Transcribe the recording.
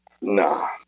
Nah